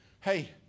Hey